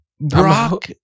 Brock